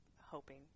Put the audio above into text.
hoping